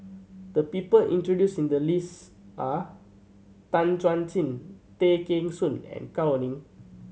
the people introduce in the list are Tan Chuan Jin Tay Kheng Soon and Gao Ning